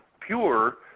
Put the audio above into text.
pure